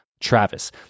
Travis